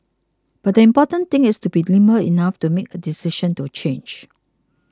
but the important thing is to be nimble enough to make a decision to change